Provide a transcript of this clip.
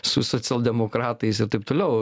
su socialdemokratais ir taip toliau